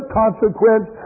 consequence